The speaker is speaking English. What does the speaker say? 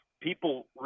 people